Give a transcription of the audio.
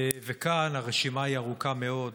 וכאן הרשימה יא ארוכה מאוד,